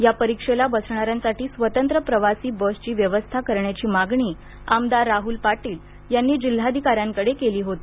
या परीक्षेला बसणाऱ्यांसाठी स्वतंत्र प्रवासी बसची व्यवस्था करण्याची मागणी आमदार राहूल पाटील यांनी जिल्हाधिकाऱ्यांकडे केली होती